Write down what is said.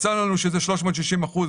ויצא לנו שזה 360 אחוזים.